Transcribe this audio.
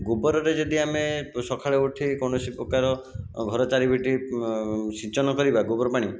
ଗୋବରରେ ଯଦି ଆମେ ସଖାଳୁ ଉଠି କୌଣସି ପ୍ରକାର ଘର ଚାରିପଟେ ସିଞ୍ଚନ କରିବା ଗୋବର ପାଣି